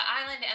island